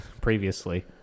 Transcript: previously